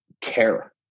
care